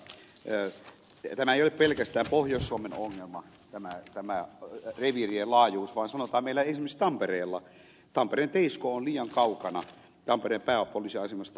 tämä reviirien laajuus ei ole pelkästään pohjois suomen ongelma vaan sanotaan esimerkiksi meillä tampereella teisko on liian kaukana tampereen pääpoliisiasemasta